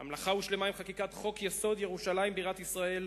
והמלאכה הושלמה עם חקיקת חוק-יסוד: ירושלים בירת ישראל,